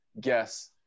guess